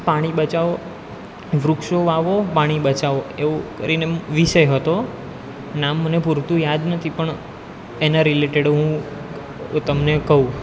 પાણી બચાવો વૃક્ષો વાવો પાણી બચાવો એવો કરીને વિષય હતો નામ મને પૂરતું યાદ નથી પણ એના રિલેટેડ હું તમને કહું